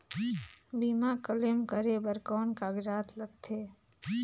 बीमा क्लेम करे बर कौन कागजात लगथे?